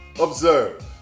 Observe